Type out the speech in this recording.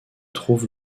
trouve